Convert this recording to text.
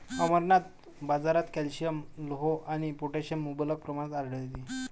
अमरनाथ, बाजारात कॅल्शियम, लोह आणि पोटॅशियम मुबलक प्रमाणात आढळते